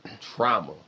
trauma